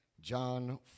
John